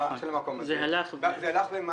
נכון, זה הלך ופחת.